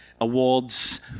awards